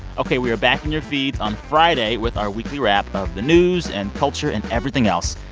ok, we are back in your feeds on friday with our weekly wrap of the news and culture and everything else.